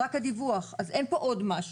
- רק הדיווח, אין פה עוד משהו.